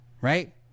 right